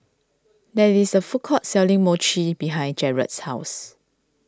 there is a food court selling Mochi behind Jarred's house